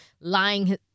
lying